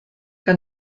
que